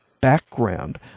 background